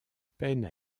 peine